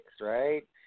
right